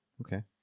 Okay